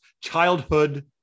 childhood